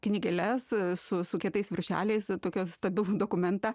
knygeles su su kietais viršeliais tokias stabilų dokumentą